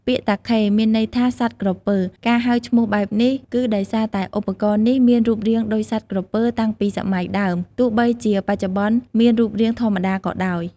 ពាក្យ «តាខេ» មានន័យថា «សត្វក្រពើ»។ ការហៅឈ្មោះបែបនេះ គឺដោយសារតែឧបករណ៍នេះមានរូបរាងដូចសត្វក្រពើតាំងពីសម័យដើម ទោះបីជាបច្ចុប្បន្នមានរូបរាងធម្មតាក៏ដោយ។